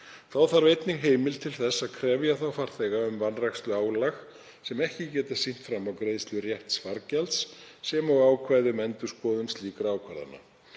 Þá þarf einnig heimild til þess að krefja þá farþega um vanræksluálag sem ekki geta sýnt fram á greiðslu rétts fargjalds sem og ákvæði um endurskoðun slíkra ákvarðana